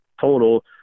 total